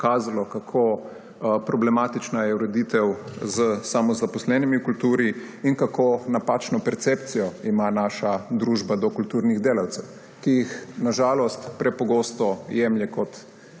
pokazalo, kako problematična je ureditev s samozaposlenimi v kulturi in kako napačno percepcijo ima naša družba do kulturnih delavcev, ki jih na žalost prepogosto jemlje kot